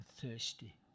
thirsty